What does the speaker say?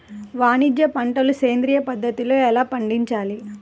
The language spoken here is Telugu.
వాణిజ్య పంటలు సేంద్రియ పద్ధతిలో ఎలా పండించాలి?